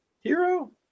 hero